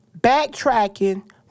backtracking